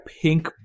pink